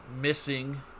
missing